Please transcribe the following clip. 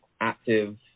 active